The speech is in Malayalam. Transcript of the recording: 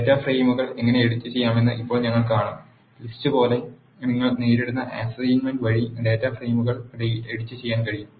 ഡാറ്റാ ഫ്രെയിമുകൾ എങ്ങനെ എഡിറ്റുചെയ്യാമെന്ന് ഇപ്പോൾ ഞങ്ങൾ കാണും ലിസ്റ്റ് പോലെ നിങ്ങൾക്ക് നേരിട്ടുള്ള അസൈൻമെന്റ് വഴി ഡാറ്റ ഫ്രെയിമുകൾ എഡിറ്റുചെയ്യാൻ കഴിയും